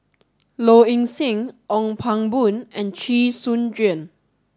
Low Ing Sing Ong Pang Boon and Chee Soon Juan